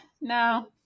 no